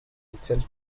itself